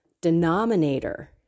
denominator